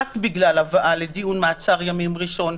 רק הבאה לדיון מעצר ימים ראשון,